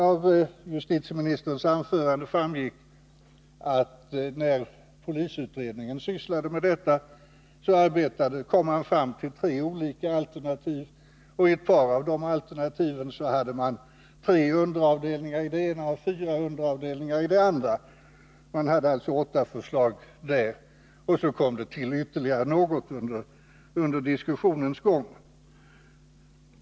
Av justitieministerns anförande framgick att polisutredningen, när den sysslade med detta, kom fram till tre olika alternativ. I två av dessa alternativ fanns också underavdelningar — tre underavdelningar i det ena och fyra underavdelningar i det andra. Det förelåg alltså åtta förslag, och så kom det till ytterligare något under diskussionens gång.